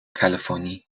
californie